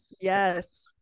Yes